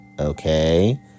okay